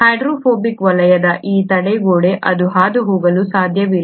hydrophobic ವಲಯದ ಈ ತಡೆಗೋಡೆ ಅದು ಹಾದುಹೋಗಲು ಸಾಧ್ಯವಿಲ್ಲ